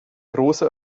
große